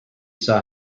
saw